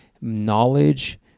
knowledge